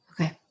Okay